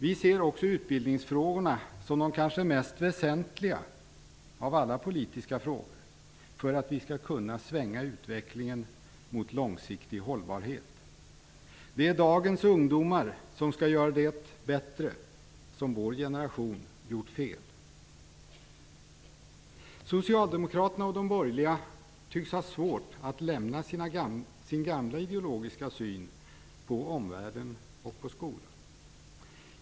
Vi ser också utbildningsfrågorna som de kanske mest väsentliga av alla politiska frågor för att vi skall kunna svänga utvecklingen mot långsiktig hållbarhet. Det är dagens ungdomar som skall göra det bättre som vår generation har gjort fel. Socialdemokraterna och de borgerliga tycks ha svårt att lämna sin gamla ideologiska syn på omvärlden och på skolan.